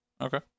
okay